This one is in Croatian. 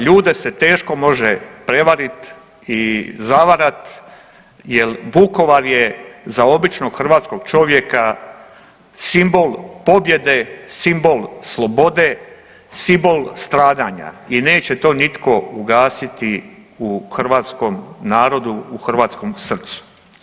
Ljude se teško može prevarit i zavarat, jer Vukovar je za običnog hrvatskog čovjeka simbol pobjede, simbol slobode, simbol stradanja i neće to nitko ugasiti u hrvatskom narodu, u hrvatskom srcu.